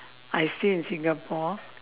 I stay in singapore